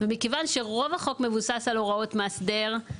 מכיוון שרוב החוק מבוסס על הוראות המאסדר,